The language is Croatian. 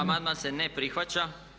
Amandman se ne prihvaća.